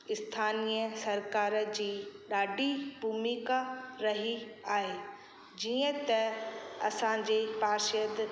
स्थानीय सरकार जी ॾाढी भुमिका रही आहे जीअं त असांजे पारशद